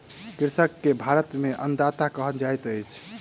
कृषक के भारत में अन्नदाता कहल जाइत अछि